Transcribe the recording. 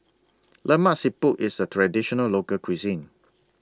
Lemak Siput IS A Traditional Local Cuisine